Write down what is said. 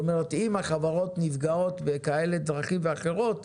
אם החברות נפגעות בכאלה דרכים ואחרות,